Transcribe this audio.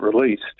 released